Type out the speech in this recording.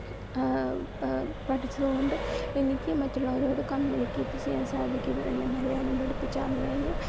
പഠിച്ചതു കൊണ്ട് എനിക്ക് മറ്റുള്ളവരോട് കമ്മ്യൂണിക്കേറ്റ് ചെയ്യാൻ സാധിക്കുന്നു എന്നെ മലയാളം പഠിപ്പിച്ച അമ്മേനെയും